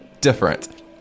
different